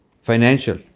financial